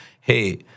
hey